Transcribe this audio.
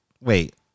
wait